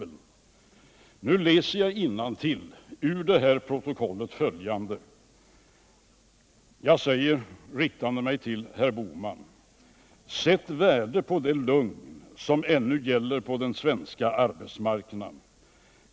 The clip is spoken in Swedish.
Nu läser jag innantill ur det här protokollet följande, som jag riktade till herr Bohman: ”Sätt värde på det lugn som ännu gäller på svensk arbetsmarknad.